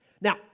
Now